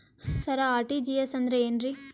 ಸರ RTGS ಅಂದ್ರ ಏನ್ರೀ?